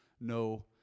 no